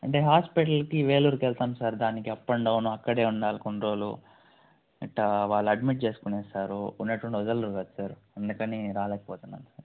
అంటే హాస్పిటల్కి వేలూరుకి వెళ్తాం సార్ దానికి అప్ అండ్ డౌను అక్కడే ఉండాలి కొన్ని రోజులు ఇట్టా వాళ్ళు అడ్మిట్ చేసుకునేస్తారు ఉన్నట్టుండి వదలరు కద సార్ అందుకని రాలేకపోతున్నాను సార్